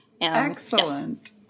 Excellent